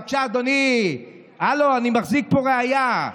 בבקשה, אדוני, הלו, אני מחזיק פה ראיה.